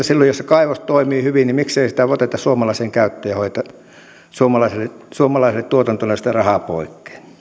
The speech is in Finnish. silloin jos se kaivos toimii hyvin miksei sitä oteta suomalaiseen käyttöön ja hoideta suomalaisille tuotantona sitä rahaa poikkeen